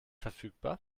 verfügbar